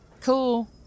cool